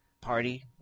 party